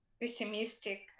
pessimistic